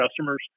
customers